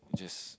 just